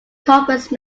conference